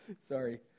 Sorry